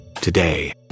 Today